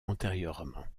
antérieurement